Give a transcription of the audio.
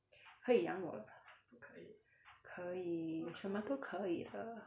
可以养我啦可以什么都可以的